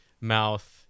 mouth